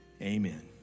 amen